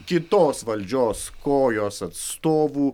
kitos valdžios kojos atstovų